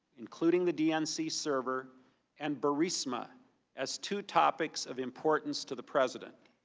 including the dnc server and burisma as two topics of importance to the president.